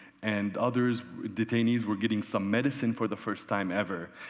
and others detainees were getting some medicine for the first time ever,